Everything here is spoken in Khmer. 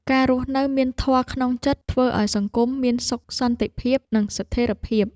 ការរស់នៅដោយមានធម៌ក្នុងចិត្ត ធ្វើឱ្យសង្គមមានសុខសន្តិភាព និងស្ថិរភាព។